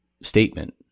statement